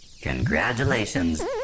Congratulations